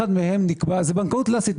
זה בנקאות קלאסית.